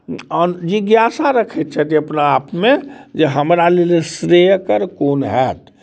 जिज्ञासा रखैत छथि अपना आपमे जे हमरा लेल श्रेयकर कोन हैत